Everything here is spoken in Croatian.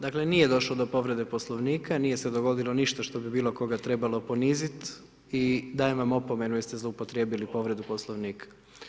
Dakle, nije došlo do povrede Poslovnika, nije se dogodilo ništa što bi bilo koga trebalo ponizit i dajem vam opomenu jer ste zloupotrijebili povredu Poslovnika.